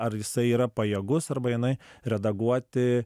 ar jisai yra pajėgus arba jinai redaguoti